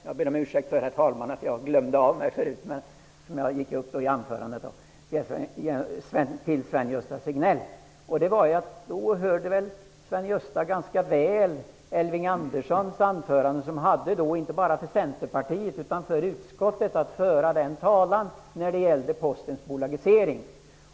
Jag ber om ursäkt för att jag glömde av mig i mitt förra anförande. Jag ville rikta mig till Sven-Gösta Signell. Sven-Gösta Signell hörde väl anförandet av Elving Andersson, som hade att föra talan inte bara för Centerpartiet utan även för utskottet i frågan om Postens bolagisering?